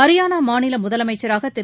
ஹரியானா மாநில முதலமைச்சராக திரு